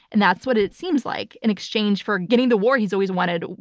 and that's what it seems like in exchange for getting the war he's always wanted,